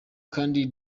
kandi